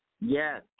Yes